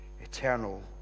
eternal